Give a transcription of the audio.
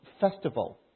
festival